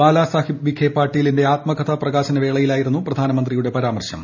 ബാലാസാഹിബ് വിഖേ പാട്ടീലിന്റെ ആത്മകഥാ പ്രകാശന വേളയിലായിരുന്നു പ്രധാനമന്ത്രിയുടെ പരാമർശം